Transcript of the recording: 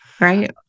Right